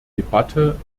debatte